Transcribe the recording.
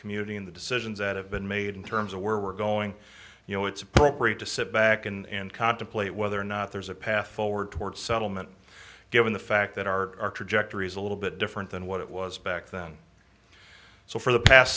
community in the decisions that have been made in terms of where we're going you know it's appropriate to sit back and contemplate whether or not there's a path forward towards settlement given the fact that our trajectory is a little bit different than what it was back then so for the past